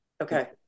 Okay